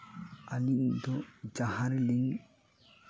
ᱟᱹᱞᱤᱧ ᱫᱚ ᱡᱟᱦᱟᱸ ᱨᱮᱞᱤᱧ